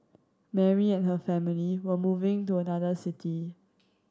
Mary and her family were moving to another city